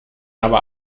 aber